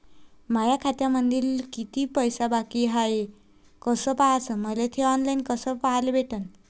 माया खात्यामंधी किती पैसा बाकी हाय कस पाह्याच, मले थे ऑनलाईन कस पाह्याले भेटन?